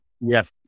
Yes